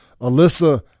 Alyssa